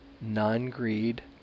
non-greed